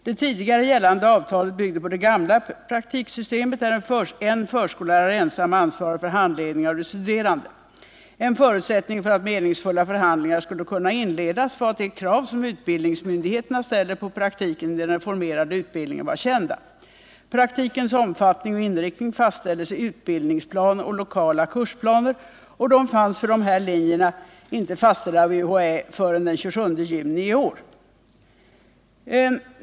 Det tidigare gällande avtalet byggde på det gamla praktiksystemet, där en förskollärare ensam svarade för handledningen av de studerande. En förutsättning för att meningsfulla förhandlingar skulle kunna inledas var att de krav som utbildningsmyndigheterna ställer på praktik i den reformerade utbildningen var kända. Praktikens omfattning och inriktning fastställdes i utbildningsplaner och lokala kursplaner, och de var för ifrågavarande linjer inte fastlagda av UHÄ förrän den 27 juni i år.